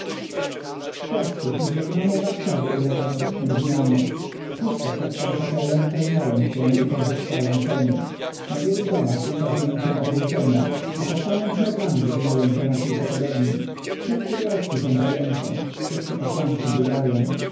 w czerwcu fizyognomia warszawy ulega widocznej zmianie puste przedtem hotele napełniają się i podwyższają ceny na wielu domach ukazują się ogłoszenia apartament z meblami do wynajęcia na kilka tygodni wszystkie dorożki są zajęte wszyscy posłańcy biegają